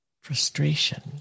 frustration